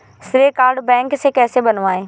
श्रेय card bank से कैसे बनवाएं?